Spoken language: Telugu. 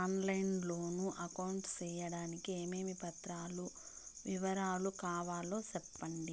ఆన్ లైను లో అకౌంట్ సేయడానికి ఏమేమి పత్రాల వివరాలు కావాలో సెప్పండి?